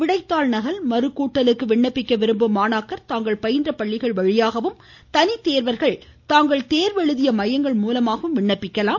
விடைத்தாள் நகல் மறுகூட்டலுக்கு விண்ணப்பிக்க விரும்பும் மாணாக்கர் தாங்கள் பயின்ற பள்ளிகள் வழியாகவும் தனித்தோவா்கள் தாங்கள் தோ்வு எழுதிய மையங்கள் மூலமாகவும் விண்ணப்பிக்கலாம்